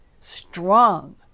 strong